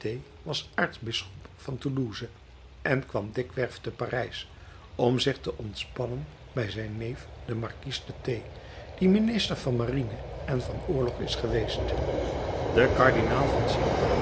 was aartsbisschop van toulouse en kwam dikwerf te parijs om zich te ontspannen bij zijn neef den markies de t die minister van marine en van oorlog is geweest de kardinaal de